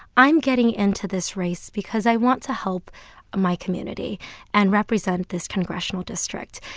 i'm getting into this race because i want to help my community and represent this congressional district.